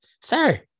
sir